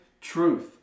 truth